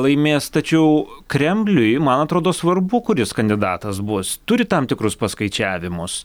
laimės tačiau kremliui man atrodo svarbu kuris kandidatas bus turi tam tikrus paskaičiavimus